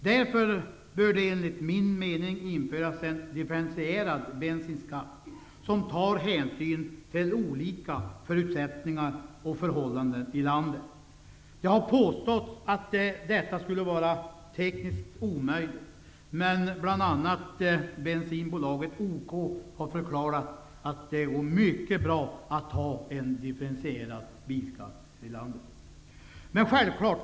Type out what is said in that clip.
Därför bör en differentierad bensinskatt införas som tar hänsyn till olika förutsättningar och förhållanden i landet. Jag har förstått att det skulle vara tekniskt möjligt. Bl.a. bensinbolaget OK har förklarat att det går mycket bra med en differentierad bensinskatt i landet.